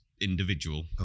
individual